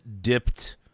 dipped